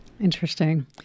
Interesting